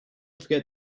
forget